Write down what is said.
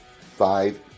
five